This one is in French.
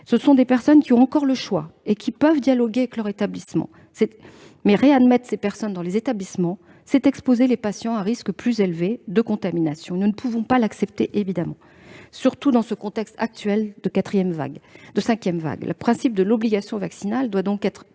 Ce sont des personnes qui ont encore le choix et qui peuvent dialoguer avec leur établissement. Cependant, les réadmettre dans les établissements reviendrait à exposer les patients à un risque plus élevé de contamination. Nous ne pouvons pas l'accepter, évidemment, surtout dans le contexte actuel de cinquième vague. Le principe de l'obligation vaccinale doit donc être